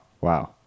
Wow